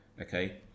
okay